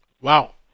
Wow